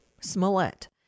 Smollett